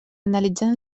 analitzant